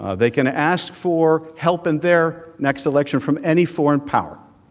ah they can ask for help in their next election from any foreign power,